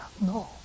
No